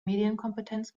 medienkompetenz